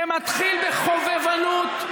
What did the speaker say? זה מתחיל בחובבנות,